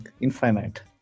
infinite